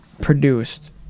produced